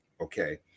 Okay